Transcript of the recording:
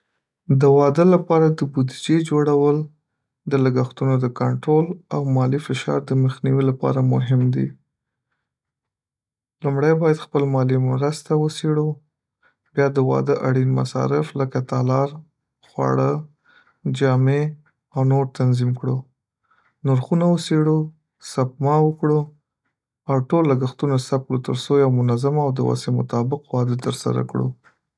د واده لپاره د بودیجې جوړول د لګښتونو د کنټرول او مالي فشار د مخنیوي لپاره مهم دي. لومړی باید خپله مالي مرسته وڅېړو، بیا د واده اړین مصارف لکه تالار، خواړه، جامې او نور تنظیم کړو، نرخونه وڅېړو، سپما وکړو او ټول لګښتونه ثبت کړو تر څو یو منظم او د وس مطابق واده ترسره کړو.